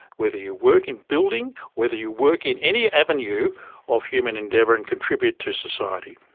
whether you work in building, whether you work in any avenue of human endeavour and contribute to society.